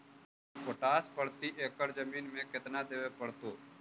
Potash प्रति एकड़ जमीन में केतना देबे पड़तै?